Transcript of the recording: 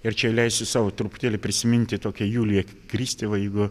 ir čia leisiu sau truputėlį prisiminti tokią juliją kristevą jeigu